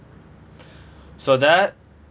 so that